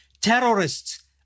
terrorists